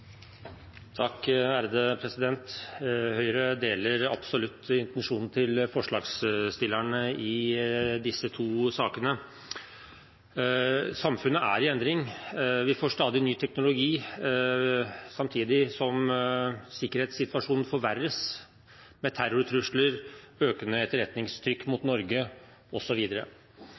i endring. Vi får stadig ny teknologi, samtidig som sikkerhetssituasjonen forverres med terrortrusler, økende etterretningstrykk mot Norge,